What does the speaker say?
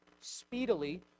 speedily